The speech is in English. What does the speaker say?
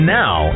now